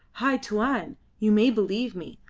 hai tuan, you may believe me.